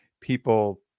people